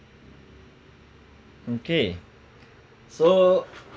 okay so